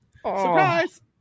Surprise